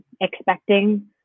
expecting